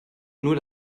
nur